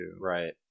Right